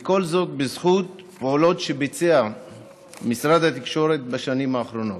וכל זאת בזכות פעולות שביצע משרד התקשורת בשנים האחרונות.